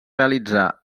realitzar